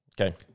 Okay